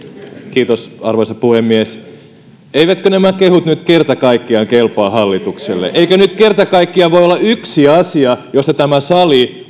kiitos arvoisa puhemies eivätkö nämä kehut nyt kerta kaikkiaan kelpaa hallitukselle eikö nyt kerta kaikkiaan voi olla yksi asia josta tämä sali